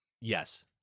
Yes